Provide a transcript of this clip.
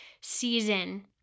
season